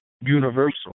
universal